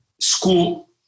school